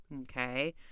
okay